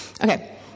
Okay